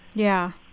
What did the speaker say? yeah.